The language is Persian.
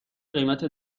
قیمت